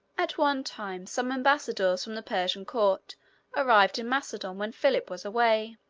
at one time some embassadors from the persian court arrived in macedon when philip was away.